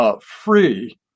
free